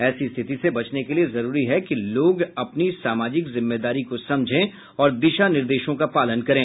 ऐसी स्थिति से बचने के लिए जरूरी है कि लोग अपनी सामाजिक जिम्मेदारी को समझें और दिशा निर्देशों का पालन करें